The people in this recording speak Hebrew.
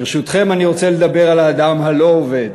ברשותכם, אני רוצה לדבר על האדם הלא-עובד.